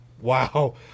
Wow